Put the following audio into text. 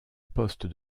poste